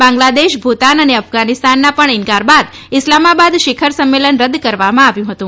બાંગ્લાદેશ ભુતાન અને અફધાનિસ્તાનના પણ ઈન્કાર બાદ ઈસ્લામાબાદ શિખર સંમેલન રદ કરવામાં આવ્યું હતું